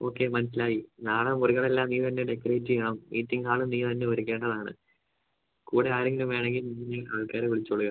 okay മനസ്സിലായി നാളെ മുറികളെല്ലാം നീ തന്നെ ഡെക്കറേറ്റ് ചെയ്യണം മീറ്റിംഗ് ഹാളും നീ തന്നെ ഒരുക്കേണ്ടതാണ് കൂടെ ആരെങ്കിലും വേണെമെങ്കിൽ ഇനിയും ആൾക്കാരെ വിളിച്ചോളുക